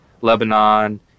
Lebanon